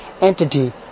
entity